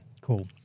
cool